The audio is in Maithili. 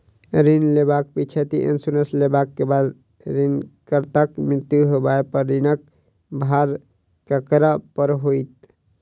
ऋण लेबाक पिछैती इन्सुरेंस लेबाक बाद ऋणकर्ताक मृत्यु होबय पर ऋणक भार ककरा पर होइत?